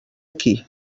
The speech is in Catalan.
aquí